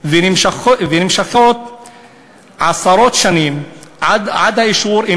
ונמשכות עשרות שנים עד האישור,